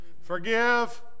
Forgive